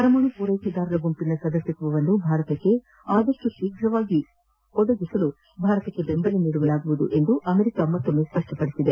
ಪರಮಾಣು ಪೂರೈಕೆದಾರರ ಗುಂಪಿನ ಸದಸ್ಯತ್ವವನ್ನು ಭಾರತಕ್ಕೆ ಆದಷ್ಟು ಶೀಘ್ರವಾಗಿ ಒದಗಿಸಲು ಭಾರತಕ್ಕೆ ಬೆಂಬಲ ನೀಡುವುದಾಗಿ ಅಮೆರಿಕ ಮತ್ತೊಮ್ಮೆ ಸ್ಪಷ್ಟಪದಿಸಿದೆ